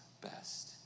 best